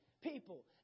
people